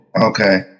okay